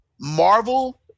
Marvel